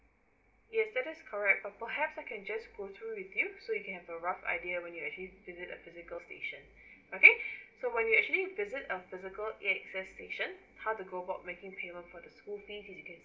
yes that is correct but perhaps I can just go through with you so you can have a rough idea when you actually visit a physical station okay so when you actually visit a physical A_X_S station how to go about making payment for the school fee